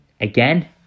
Again